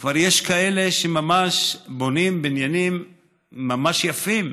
ויש כאלה שכבר בונים בניינים ממש יפים,